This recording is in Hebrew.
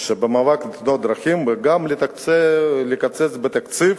שבמאבק בתאונות הדרכים, וגם לקצץ בתקציב